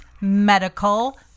medical